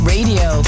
Radio